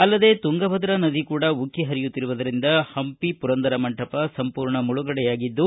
ಅಲ್ಲದೇ ತುಂಗಭದ್ರಾ ನದಿ ಕೂಡಾ ಉಕ್ಕಿ ಹರಿಯುತ್ತಿರುವುದರಿಂದ ಹಂಪಿ ಪುರಂದರ ಮಂಟಪ ಸಂಪೂರ್ಣ ಮುಳುಗಡೆಯಾಗಿದ್ದು